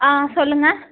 ஆ சொல்லுங்கள்